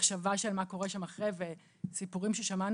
מתקיף מינית, למשל,